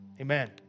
amen